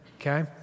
Okay